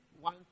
one